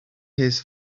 his